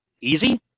easy